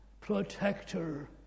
protector